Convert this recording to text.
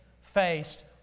faced